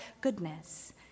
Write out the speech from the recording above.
goodness